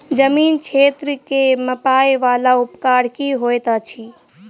जमीन क्षेत्र केँ मापय वला उपकरण की होइत अछि?